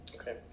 Okay